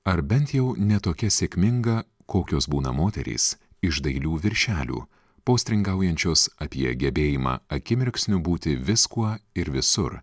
ar bent jau ne tokia sėkminga kokios būna moterys iš dailių viršelių postringaujančios apie gebėjimą akimirksniu būti viskuo ir visur